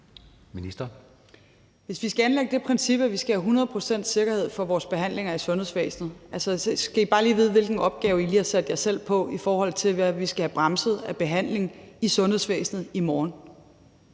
Hvis vi skal anlægge det princip, at vi skal have hundrede procents sikkerhed for vores behandlinger i sundhedsvæsenet, så skal I bare lige vide, hvilken opgave I lige har sat jer selv på, i forhold til hvad vi skal have bremset af behandlinger i sundhedsvæsenet i morgen.